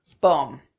boom